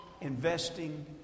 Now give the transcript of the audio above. investing